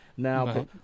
Now